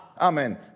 amen